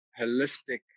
holistic